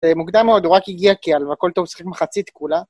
מוקדם מאוד, הוא רק הגיע, כיאל, והכל טוב, שחיק מחצית כולא.